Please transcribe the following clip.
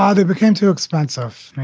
ah they became too expensive.